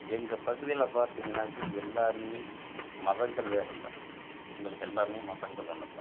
எங்கள் பகுதியில் பார்த்திங்கன்னாக்க எல்லாமே மதங்கள் வேறு இல்லை எங்களுக்கு எல்லாமே மதங்கள் ஒன்று தான்